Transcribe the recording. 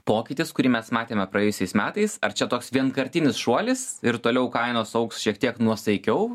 pokytis kurį mes matėme praėjusiais metais ar čia toks vienkartinis šuolis ir toliau kainos augs šiek tiek nuosaikiau